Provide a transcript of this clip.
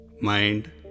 mind